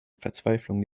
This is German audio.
verzweiflung